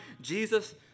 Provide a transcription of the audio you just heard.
Jesus